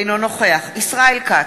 אינו נוכח ישראל כץ,